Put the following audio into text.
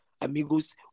amigos